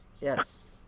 yes